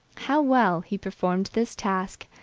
how well he performed this task,